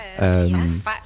yes